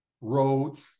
roads